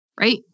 Right